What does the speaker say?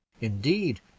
Indeed